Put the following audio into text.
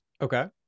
Okay